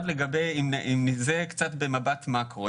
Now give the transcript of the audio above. זה קצת במבט מאקרו.